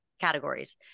categories